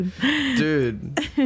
Dude